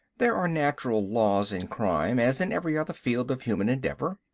there are natural laws in crime as in every other field of human endeavor.